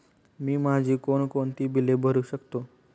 मी माझी कोणकोणती बिले भरू शकतो?